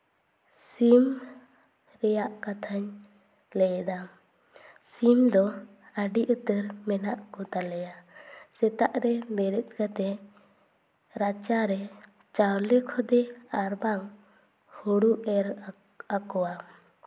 ᱥᱤᱢ ᱨᱮᱭᱟᱜ ᱠᱟᱛᱷᱟᱧ ᱞᱟᱹᱭᱮᱫᱟ ᱥᱤᱢ ᱫᱚ ᱟᱹᱰᱤ ᱩᱛᱟᱹᱨ ᱢᱮᱱᱟᱜ ᱠᱚᱛᱟ ᱞᱮᱭᱟ ᱥᱮᱛᱟᱜ ᱨᱮ ᱵᱮᱨᱮᱫ ᱠᱟᱛᱮᱫ ᱨᱟᱪᱟᱨᱮ ᱪᱟᱣᱞᱮ ᱠᱷᱚᱫᱮ ᱟᱨᱵᱟᱝ ᱦᱩᱲᱩ ᱮᱨ ᱟᱠᱚᱣᱟ